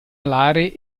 alare